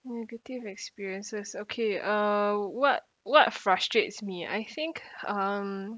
negative experiences okay uh what what frustrates me I think um